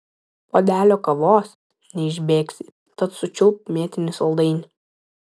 puodelio kavos neišbėgsi tad sučiulpk mėtinį saldainį